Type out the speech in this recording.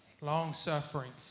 long-suffering